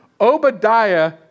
Obadiah